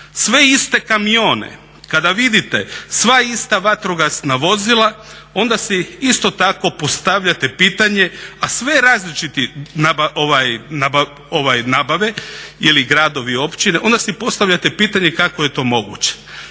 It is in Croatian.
sve iste kamione, kada vidite sva ista vatrogasna vozila onda si isto tako postavljate pitanje, a sve različite nabave ili gradovi i općine onda si postavljate pitanje kako je to moguće.